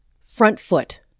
front-foot